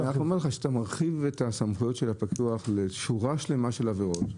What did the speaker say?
אני רק אומר לך שאתה מרחיב את הסמכויות של הפיקוח לשורה שלמה של עבירות.